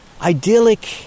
idyllic